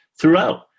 throughout